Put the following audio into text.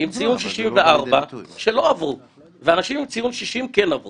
ולכן אני חושב